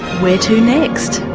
where to next?